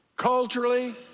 Culturally